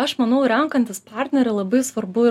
aš manau renkantis partnerį labai svarbu